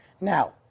Now